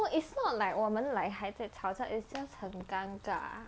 no is not like 我们 like 还在吵架 is just 很尴尬